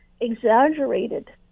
exaggerated